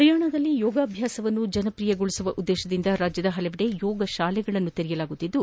ಪರಿಯಾಣದಲ್ಲಿ ಯೋಗಾಭ್ಯಾಸವನ್ನು ಜನಪ್ರಿಯಗೊಳಸುವ ಉದ್ದೇಶದಿಂದ ರಾಜ್ಜದ ಪಲವೆಡೆ ಯೋಗ ಶಾಲೆಗಳನ್ನು ಆರಂಭಿಸಲಾಗುತ್ತಿದ್ದು